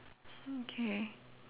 okay